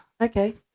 Okay